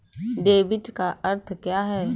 Debit का अर्थ क्या है?